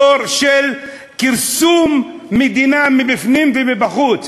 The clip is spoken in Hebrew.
דור של כרסום המדינה מבפנים ומבחוץ,